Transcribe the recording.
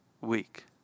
week